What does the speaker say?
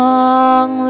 Long